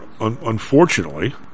unfortunately